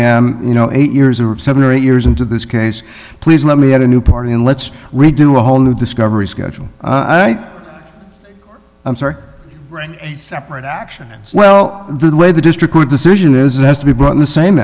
am you know eight years or seven or eight years into this case please let me add a new party and let's redo a whole new discovery schedule and i i'm sorry a separate action well the way the district court decision is it has to be brought in the same